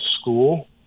school